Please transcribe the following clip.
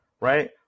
right